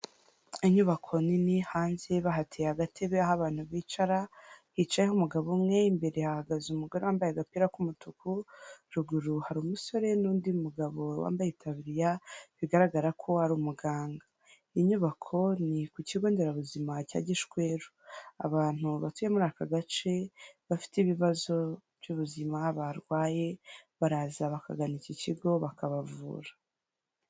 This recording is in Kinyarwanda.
Inyubako nini hanze bahateye agatebe aho abantu bicara, hicayeho umugabo umwe, imbere hahagaze umugore wambaye agapira k'umutuku, ruguru hari umusore n'undi mugabo wambaye itaburiya bigaragara ko ari umuganga. Iyi nyubako ni ku kigo nderabuzima cya Gishweru. Abantu batuye muri aka gace bafite ibibazo by'ubuzima barwaye, baraza bakagana iki kigo bakabavura.